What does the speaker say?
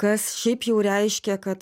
kas šiaip jau reiškia kad